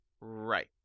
Right